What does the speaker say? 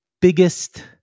biggest